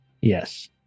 Yes